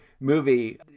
movie